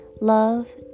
love